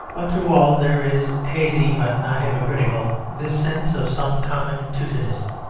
but through all there is, hazy but not hypocritical, this sense of some common teutonism.